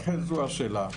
לכן זו השאלה.